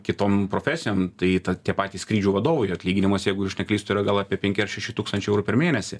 kitom profesijom tai tą tie patys skrydžių vadovai atlyginimas jeigu aš neklystu yra gal apie penki ar šeši tūkstančiai eurų per mėnesį